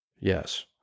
Yes